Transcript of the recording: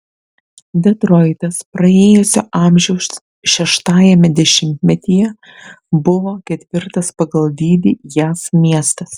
detroitas praėjusio amžiaus šeštajame dešimtmetyje buvo ketvirtas pagal dydį jav miestas